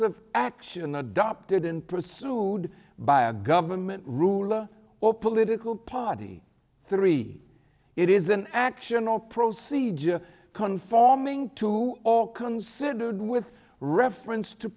of action adopted in pursued by a government ruler or political party three it is an action or procedure conforming to or considered with reference to